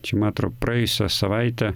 čia ma atro praėjusią savaitę